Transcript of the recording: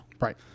right